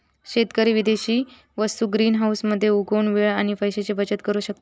शेतकरी विदेशी वस्तु ग्रीनहाऊस मध्ये उगवुन वेळ आणि पैशाची बचत करु शकता